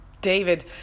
David